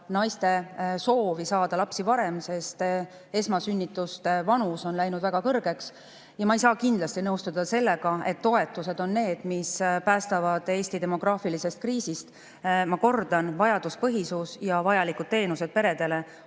Ja ma ei saa kindlasti nõustuda sellega, et toetused on need, mis päästavad Eesti demograafilisest kriisist. Ma kordan: vajaduspõhisus ja vajalikud teenused peredele